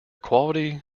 quality